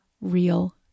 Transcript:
real